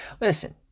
Listen